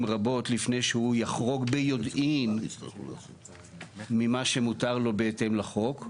רבות לפני שהוא יחרוג ביודעין ממה שמותר לו בהתאם לחוק.